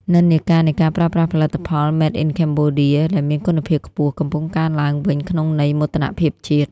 និន្នាការនៃការប្រើប្រាស់ផលិតផល "Made in Cambodia" ដែលមានគុណភាពខ្ពស់ កំពុងកើនឡើងវិញក្នុងន័យមោទនភាពជាតិ។